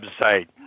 website